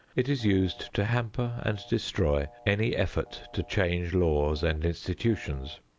it is used to hamper and destroy any effort to change laws and institutions.